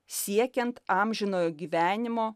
siekiant amžinojo gyvenimo